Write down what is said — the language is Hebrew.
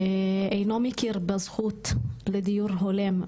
אינו מכיר בזכות לדיור הולם,